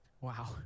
Wow